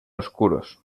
oscuros